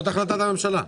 זאת החלטת הממשלה.